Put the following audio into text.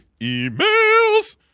emails